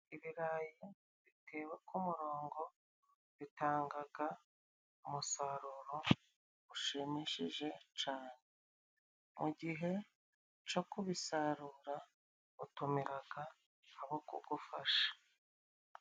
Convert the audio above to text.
Ibirayi bitewe k'umurongo bitangaga umusaruro ushimishije cane. Mu gihe co kubisarura utumiraga abo kugufasha.